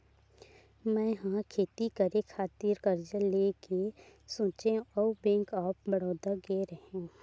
मै ह खेती करे खातिर करजा लेय के सोचेंव अउ बेंक ऑफ बड़ौदा गेव रेहेव